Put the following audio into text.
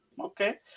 Okay